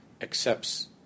accepts